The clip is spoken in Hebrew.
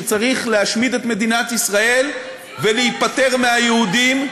שצריך להשמיד את מדינת ישראל ולהיפטר מהיהודים,